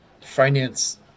finance